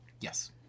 Yes